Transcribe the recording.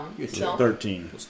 thirteen